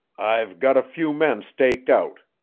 i've got a few men staked out,